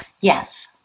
yes